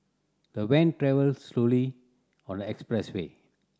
the van travelled slowly on the expressway